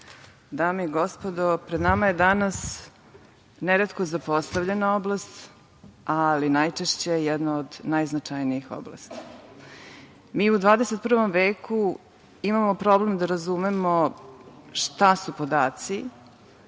dame i gospodo, pred nama je danas neretko zapostavljena oblast, ali najčešće jedna od najznačajnijih oblasti. Mi u 21. veku imamo problem da razumemo šta su podaci,